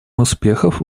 успехов